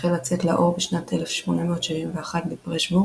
החל לצאת לאור בשנת 1871 בפרשבורג,